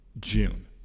June